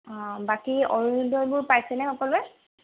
অ বাকী অৰুণোদয়বোৰ পাইছেনে সকলোৱে